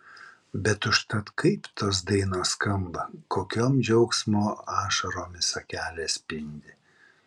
bet užtat kaip tos dainos skamba kokiom džiaugsmo ašaromis akelės spindi